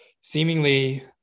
seemingly